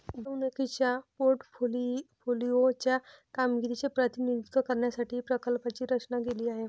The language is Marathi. गुंतवणुकीच्या पोर्टफोलिओ च्या कामगिरीचे प्रतिनिधित्व करण्यासाठी प्रकल्पाची रचना केली आहे